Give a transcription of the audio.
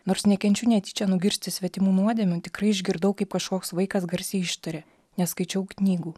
nors nekenčiu netyčia nugirsti svetimų nuodėmių tikrai išgirdau kaip kažkoks vaikas garsiai ištarė neskaičiau knygų